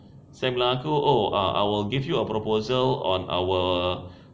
sam bilang aku oh ah I will give you a proposal on our